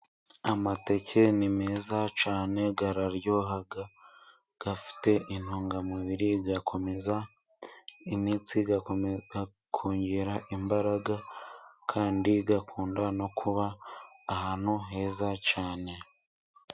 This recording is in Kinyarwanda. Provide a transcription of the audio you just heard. Amateke ni meza cyane aryoha, afite intungamubiri akomeza imitsi, akongera imbaraga, kandi akunda no kuba ahantu heza cyane.